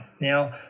now